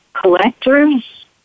collectors